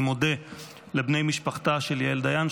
אני מודה לבני משפחתה של יעל דיין,